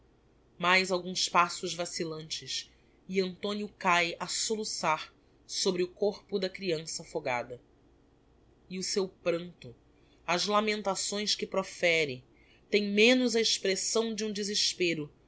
mais alguns passos vacillantes e antonio cae a soluçar sobre o corpo da creança afogada e o seu pranto as lamentações que profere têm menos a expressão de um desespero